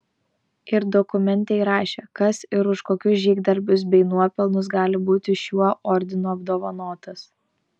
ir dokumente įrašė kas ir už kokius žygdarbius bei nuopelnus gali būti šiuo ordinu apdovanotas